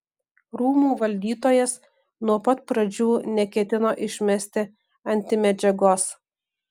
rūmų valdytojas nuo pat pradžių neketino išmesti antimedžiagos